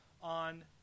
on